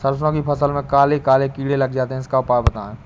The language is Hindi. सरसो की फसल में काले काले कीड़े लग जाते इसका उपाय बताएं?